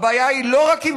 הבעיה היא לא רק עם